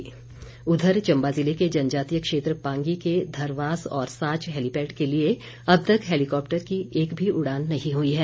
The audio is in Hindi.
मांग उधर चम्बा जिले के जनजातीय क्षेत्र पांगी के धरवास और साच हेलीपैड के लिए अब तक हेलिकॉप्टर की एक भी उड़ान नहीं हुई है